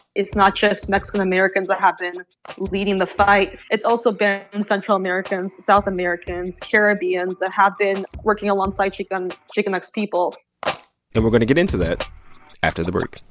it's not just mexican americans that have been leading the fight. it's also been and central americans, south americans, caribbeans that have been working alongside chicanx chicanx people and we're going to get into that after the break